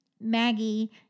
Maggie